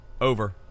Over